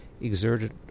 exerted